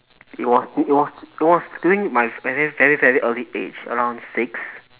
it was it was it was during my very very very early age around six